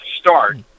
start